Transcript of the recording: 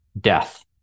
death